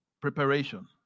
preparation